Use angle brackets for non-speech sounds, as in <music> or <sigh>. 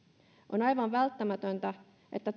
on aivan välttämätöntä että <unintelligible>